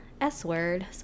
S-word